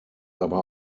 aber